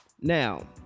Now